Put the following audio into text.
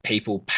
People